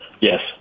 Yes